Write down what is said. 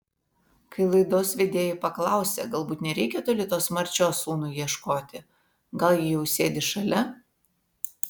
kai laidos vedėjai paklausė galbūt nereikia toli tos marčios sūnui ieškoti gal ji jau sėdi šalia